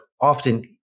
often